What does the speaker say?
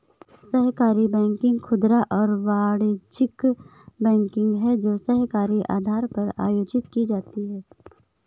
सहकारी बैंकिंग खुदरा और वाणिज्यिक बैंकिंग है जो सहकारी आधार पर आयोजित की जाती है